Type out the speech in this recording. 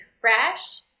fresh